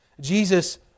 Jesus